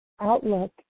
outlook